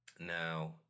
Now